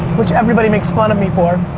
which everybody makes fun of me for.